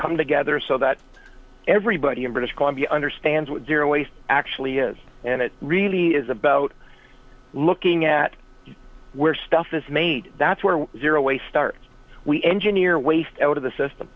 come together so that everybody in british columbia understands what zero waste actually is and it really is about looking at where stuff is made that's where zero waste are we engineer waste out of the system